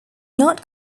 not